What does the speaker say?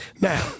Now